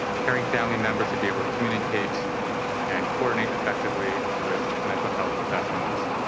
caring family members should be able to communicate and coordinate effectively with mental health professionals.